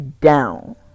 down